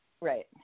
Right